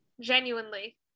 Genuinely